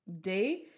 day